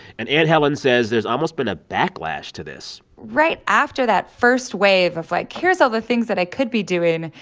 and anne helen says there's almost been a backlash to this right after that first wave of, like, here's all the things that i could be doing,